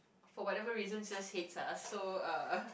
for whatever reasons just hates us so uh